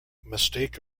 mistake